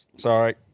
Sorry